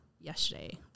yesterday